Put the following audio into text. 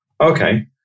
Okay